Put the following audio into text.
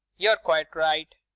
you're quite right.